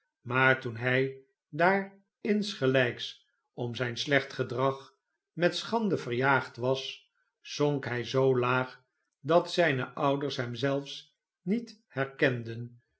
maar toen hij daar insgelijksom zhn slecht gedrag met schande verjaagd was zonk hjj zoo laag dat zijne ouders hem zelfs niet herkenden